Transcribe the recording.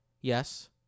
Yes